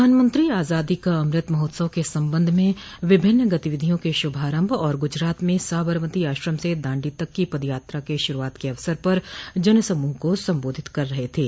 प्रधानमंत्री आजादी का अमृत महोत्सव के संबंध में विभिन्न गतिविधियों के शुभारंभ और गुजरात में साबरमती आश्रम से दांडी तक की पदयात्रा के शुरूआत के अवसर पर जनसमूह को संबोधित कर रहे थे